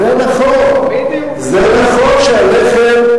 הלחם זה הקש ששבר את גב הגמל.